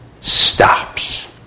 stops